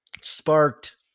sparked